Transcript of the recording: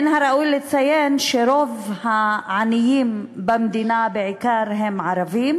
מן הראוי לציין שרוב העניים במדינה הם בעיקר ערבים,